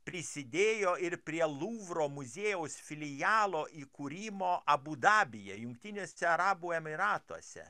prisidėjo ir prie luvro muziejaus filialo įkūrimo abu dabyje jungtiniuose arabų emyratuose